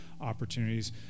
opportunities